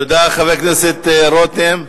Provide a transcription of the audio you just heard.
תודה לחבר הכנסת רותם.